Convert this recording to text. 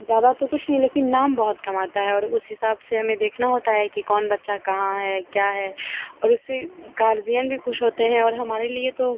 ज़्यादा तो कुछ नहीं लेकिन नाम बहुत कमाता है और उस हिसाब से हमें देखना होता है कि कौन बच्चा कहाँ है क्या है और उससे गार्जियन भी खुश होते हैं और वह हमारे लिए तो